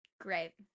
Great